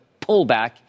pullback